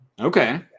Okay